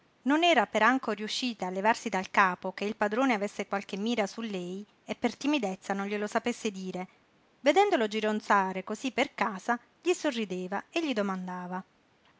non era per anco riuscita a levarsi dal capo che il padrone avesse qualche mira su lei e per timidezza non glielo sapesse dire vedendolo gironzare cosí per casa gli sorrideva e gli domandava